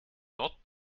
lot